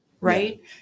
right